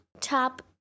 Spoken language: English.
top